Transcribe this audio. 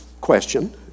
question